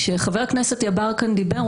כשחבר הכנסת יברקן דיבר,